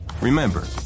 Remember